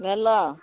भेलहुँ